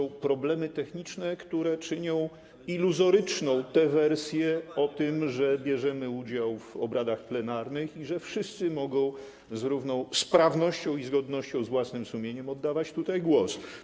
a więc są problemy techniczne, które czynią iluzoryczną tę wersję, że bierzemy udział w obradach plenarnych i że wszyscy mogą z równą sprawnością i zgodnością z własnym sumieniem oddawać tu głos.